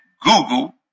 Google